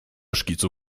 szkicu